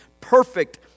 perfect